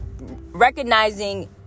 recognizing